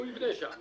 הוא יבנה שם.